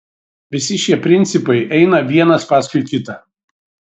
visi šie principai eina vienas paskui kitą